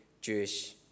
Jewish